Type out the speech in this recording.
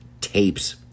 tapes